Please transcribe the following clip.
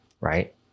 Right